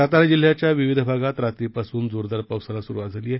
सातारा जिल्ह्याच्या विविध भागात रात्री पासून जोरदार पावसाला सुरुवात झाली आहे